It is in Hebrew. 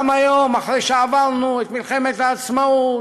גם היום, אחרי שעברו את מלחמת העצמאות,